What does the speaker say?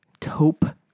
taupe